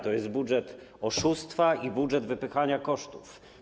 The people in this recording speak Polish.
To jest budżet oszustwa i budżet wypychania kosztów.